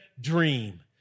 dream